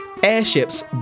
Airships